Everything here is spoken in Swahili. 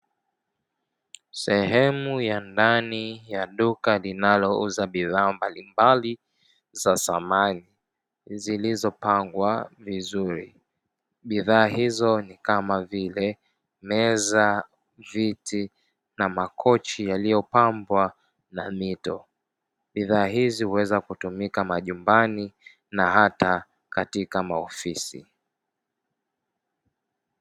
Sehemu ya ndani ya duka linalouza bidhaa mbalimbali za samani zilizopangwa vizuri bidhaa hizo ni kama vile meza, viti na makochi yaliyopambwa na mito bidhaa hizi uweza kutumika mayumbani na hata katika maofisi.